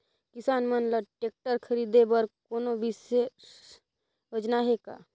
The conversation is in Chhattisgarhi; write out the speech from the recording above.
किसान मन ल ट्रैक्टर खरीदे बर कोनो विशेष योजना हे का?